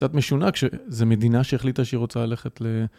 קצת משונה כשזו מדינה שהחליטה שהיא רוצה ללכת ל...